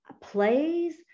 plays